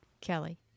Kelly